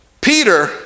Peter